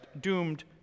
doomed